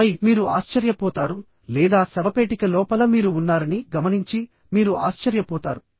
ఆపై మీరు ఆశ్చర్యపోతారు లేదా శవపేటిక లోపల మీరు ఉన్నారని గమనించి మీరు ఆశ్చర్యపోతారు